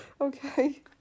Okay